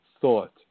thought